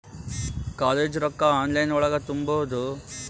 College ರೊಕ್ಕ online ಒಳಗ ತುಂಬುದು?